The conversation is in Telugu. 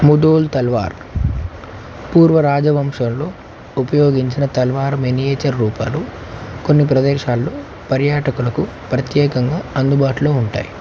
ముదోల్ తల్వార్ పూర్వ రాజవంశంలో ఉపయోగించిన తల్వారు మినియేచర్ రూపాలు కొన్ని ప్రదేశాల్లో పర్యాటకులకు ప్రత్యేకంగా అందుబాటులో ఉంటాయి